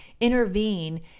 intervene